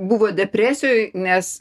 buvo depresijoj nes